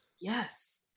yes